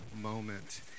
moment